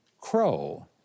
crow